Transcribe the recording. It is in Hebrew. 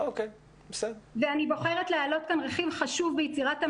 אני בוחרת להעלות כאן רכיב חשוב ביצירת המעמד,